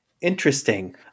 Interesting